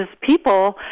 people